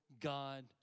God